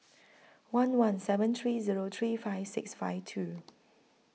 one one seven three Zero three five six five two